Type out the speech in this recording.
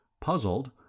Puzzled